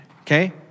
Okay